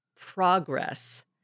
progress